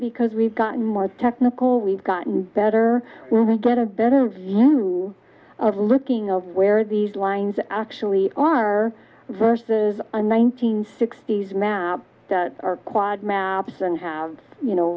because we've gotten more technical we've gotten better when we get a better view of looking of where these lines actually are versus a nineteen sixties map or quad maps and have you know